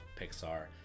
Pixar